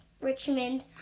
Richmond